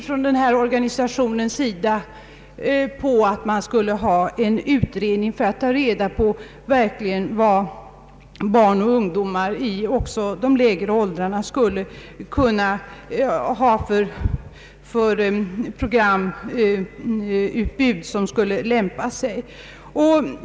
Från denna organisations sida vill man alltså få en utredning för att verkligen ta reda på vad barn och ungdomar även i de lägre åldrarna skulle kunna ha för programutbud.